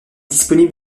disponible